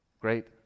great